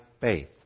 faith